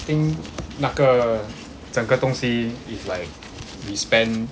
I think 那个整个东西 is like we spend